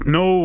no